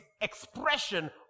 expression